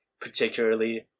particularly